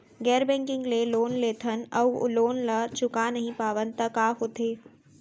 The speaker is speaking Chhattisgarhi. गैर बैंकिंग ले लोन लेथन अऊ लोन ल चुका नहीं पावन त का होथे?